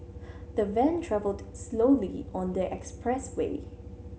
the van travelled slowly on the expressway